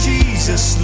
Jesus